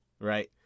right